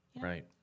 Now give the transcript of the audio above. Right